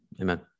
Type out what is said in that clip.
Amen